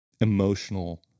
emotional